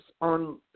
on